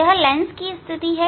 यह लेंस की स्थिति है